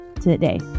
today